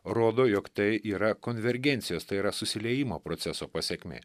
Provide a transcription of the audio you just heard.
rodo jog tai yra konvergencijos tai yra susiliejimo proceso pasekmė